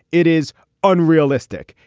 it is unrealistic.